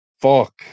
Fuck